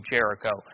Jericho